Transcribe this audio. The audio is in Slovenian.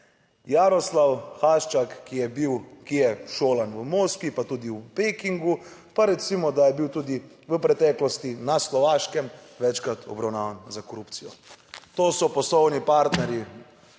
Jaroslav Haščak, ki je bil, ki je šolan v Moskvi pa tudi v Pekingu, pa recimo da je bil tudi v preteklosti na Slovaškem večkrat obravnavan za korupcij. To so poslovni partnerji